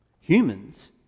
humans